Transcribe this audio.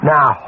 Now